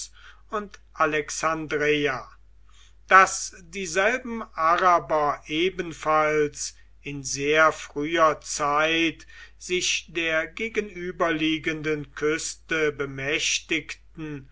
und alexandreia daß dieselben araber ebenfalls in sehr früher zeit sich der gegenüberliegenden küste bemächtigten